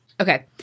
Okay